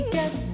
Guess